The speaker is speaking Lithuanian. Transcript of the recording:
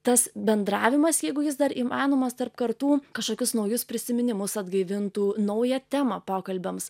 tas bendravimas jeigu jis dar įmanomas tarp kartų kažkokius naujus prisiminimus atgaivintų naują temą pokalbiams